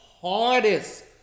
hardest